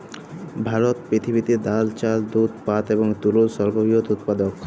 ভারত পৃথিবীতে ডাল, চাল, দুধ, পাট এবং তুলোর সর্ববৃহৎ উৎপাদক